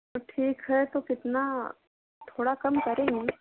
तो ठीक है तो कितना थोड़ा कम करेंगे